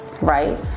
right